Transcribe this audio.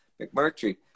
McMurtry